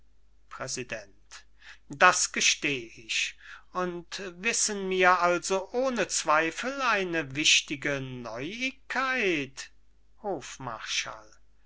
präsident das gesteh ich und wissen wir also ohne zweifel eine wichtige neuigkeit hofmarschall